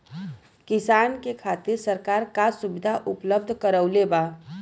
किसान के खातिर सरकार का सुविधा उपलब्ध करवले बा?